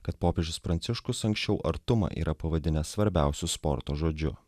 kad popiežius pranciškus anksčiau artumą yra pavadinęs svarbiausiu sporto žodžiu